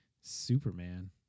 Superman